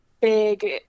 big